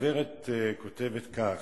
הגברת כותבת כך: